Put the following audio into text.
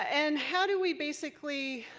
and how do we basically